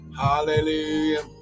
Hallelujah